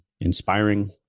inspiring